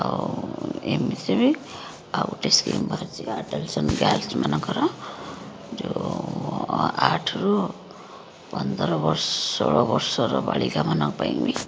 ଆଉ ଏମିତି ବି ଆଉ ଗୋଟେ ସ୍କିମ୍ ବାହାରିଛି ଆଡ଼ଲ୍ଟ ଆଣ୍ଡ୍ ଗର୍ଲସ୍ମାନଙ୍କର ଯେଉଁ ଆଠରୁ ପନ୍ଦର ବର୍ଷ ଷୋହଳ ବର୍ଷର ବାଳିକାମାନଙ୍କ ପାଇଁ ବି